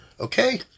okay